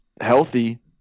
healthy